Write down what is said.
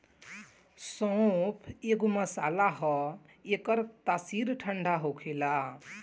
सौंफ एगो मसाला हअ एकर तासीर ठंडा होखेला